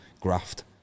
graft